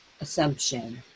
assumption